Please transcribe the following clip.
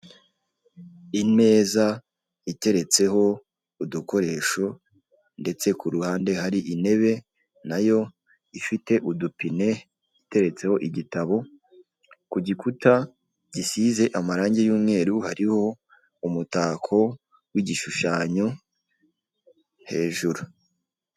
Imeza iteretseho udukoresho ndetse ku ruhande hari intebe na yo ifite udupine iteretseho igitabo, ku gikuta gisize amarangi y'umweru hariho umutako w'igishushanyo hejuru.